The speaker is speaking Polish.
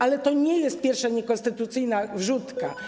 Ale to nie jest pierwsza niekonstytucyjna wrzutka.